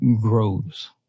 grows